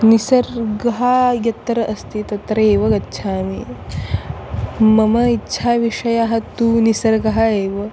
निसर्गः यत्र अस्ति तत्र एव गच्छामि मम इच्छा विषयः तु निसर्गः एव